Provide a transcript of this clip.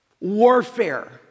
warfare